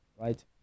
right